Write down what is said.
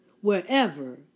wherever